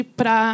para